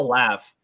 laugh